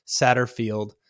Satterfield